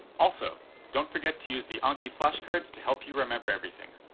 also don't forget to use the anki flashcards to help you remember everything.